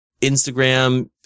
Instagram